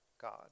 God